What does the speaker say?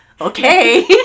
okay